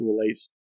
relates